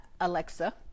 Alexa